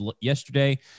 yesterday